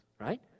right